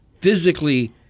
physically